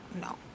no